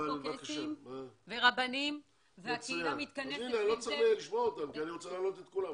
נמצאים איתנו בזום קייסים ורבנים והם נותנים תמיכה.